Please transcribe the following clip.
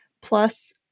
plus